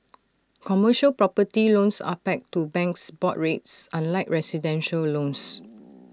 commercial property loans are pegged to banks' board rates unlike residential loans